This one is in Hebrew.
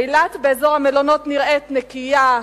אילת באזור המלונות נראית נקייה,